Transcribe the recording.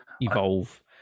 evolve